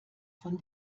von